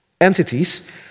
entities